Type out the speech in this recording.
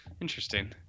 interesting